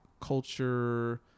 culture